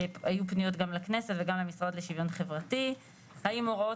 היו פניות גם לכנסת וגם למשרד לשוויון חברתי בנושא של האם הוראות